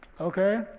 Okay